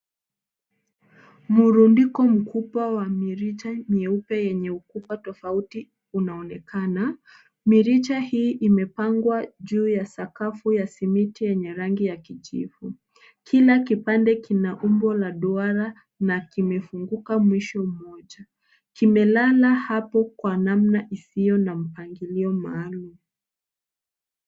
Mrundiko mkubwa wa mirija nyeupe yenye ukubwa tofauti unaonekana. Mirija hii imepangwa juu ya sakafu ya simiti yenye rangi ya kijivu. Kila kipande kina umbo la duara na kimefunguka mwisho mmoja. Kimelala hapo kwa namna isiyo na mpangilio maalum.